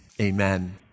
amen